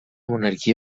monarquia